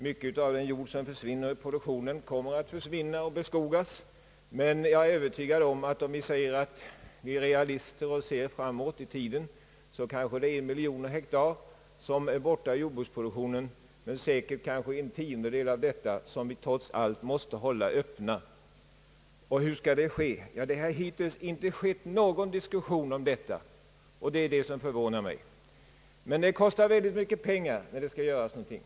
Mycket av den jord som försvinner ur produktionen kommer att bli skogbeväxt, men jag är övertygad om — ifall vi nu är realister och ser framåt i tiden — att kanske en miljon hektar kommer bort ur jordbruksproduktio nen, och säkert måste en tiondel av denna areal trots allt hållas öppen. Hur skall det ske? Det har hittills inte förts någon diskussion om detta, och det förvånar mig. Det kostar väldigt mycket pengar när det skall göras någonting.